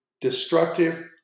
destructive